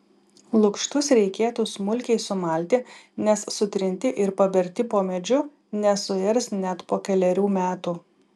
lukštus reikėtų smulkiai sumalti nes sutrinti ir paberti po medžiu nesuirs net po kelerių metų